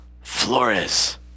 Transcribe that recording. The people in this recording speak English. Flores